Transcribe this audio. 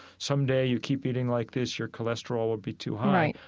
some day, you keep eating like this, your cholesterol will be too high.